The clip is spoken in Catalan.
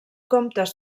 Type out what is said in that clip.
comptes